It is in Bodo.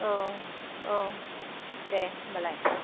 औ औ दे होमबालाय